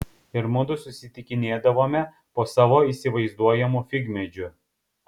ir mudu susitikinėdavome po savo įsivaizduojamu figmedžiu